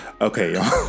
Okay